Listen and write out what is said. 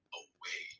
away